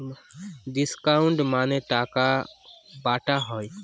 discount মানে টাকা বাটা হয়